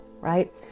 right